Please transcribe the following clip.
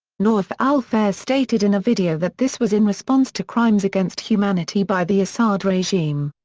nawaf al-fares stated in a video that this was in response to crimes against humanity by the assad regime.